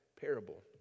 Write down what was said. parable